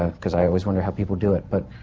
ah because i always wonder how people do it. but.